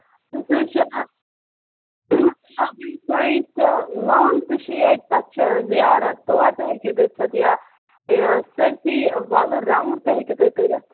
أسۍ حظ چھِ وی پایِنٛٹ تہِ لانٛگ تہِ چھِ ییٚتہِ تَتہِ چھِ زیارَت تور تہِ ہیٚکِو گٔژھِتھ یا یہِ سٲرۍسٕے وَلُر راوُنٛڈ تہِ ہیٚکِو تُہۍ کٔرِتھ